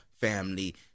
family